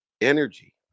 energy